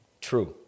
True